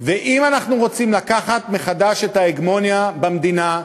ואם אנחנו רוצים לקחת מחדש את ההגמוניה במדינה,